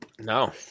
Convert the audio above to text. No